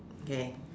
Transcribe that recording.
okay